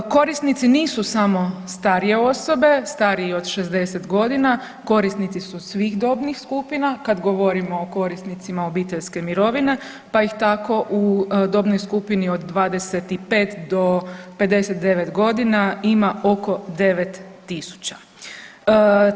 Korisnici nisu samo starije osobe, stariji od 60.g., korisnici su svih dobnih skupina kad govorimo o korisnicima obiteljske mirovine, pa ih tako u dobnoj skupini od 25 do 59.g. ima oko 9.000.